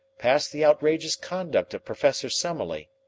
past the outrageous conduct of professor summerlee,